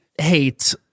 hate